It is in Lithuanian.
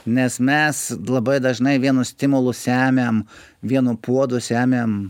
nes mes labai dažnai vienu stimulu semiam vieno puodo semiam